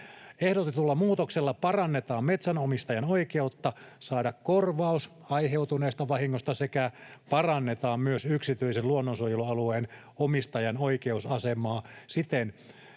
Ehdotetulla muutoksella parannetaan metsänomistajan oikeutta saada korvaus aiheutuneesta vahingosta sekä parannetaan myös yksityisen luonnonsuojelualueen omistajan oikeusasemaa siten,